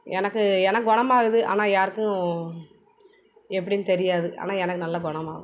எனக்கு எனக் குணமாகுது ஆனால் யாருக்கும் எப்படின்னு தெரியாது ஆனால் எனக்கு நல்லா குணமாகும்